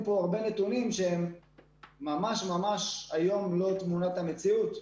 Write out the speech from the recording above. כאן הרבה נתונים שהיום הם ממש לא תמונת המציאות.